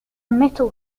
metal